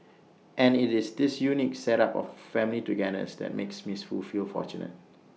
and IT is this unique set up of family togetherness that makes miss Foo feel fortunate